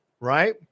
right